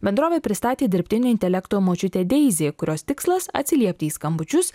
bendrovė pristatė dirbtinio intelekto močiutę deizi kurios tikslas atsiliepti į skambučius